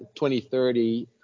2030